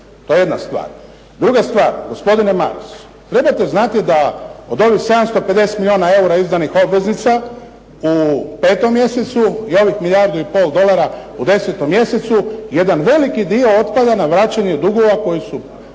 To je jedna stvar. Druga stvar. Gospodine Maras, trebate znati da od ovih 750 milijuna eura izdanih obveznica u 5. mjesecu i ovih milijardu i pol dolara u 10. mjesecu, jedan veliki dio otpada na vraćanje dugova s kojima su